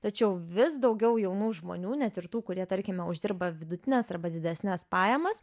tačiau vis daugiau jaunų žmonių net ir tų kurie tarkime uždirba vidutines arba didesnes pajamas